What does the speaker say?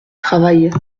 travail